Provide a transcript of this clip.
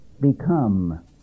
become